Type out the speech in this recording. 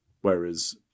whereas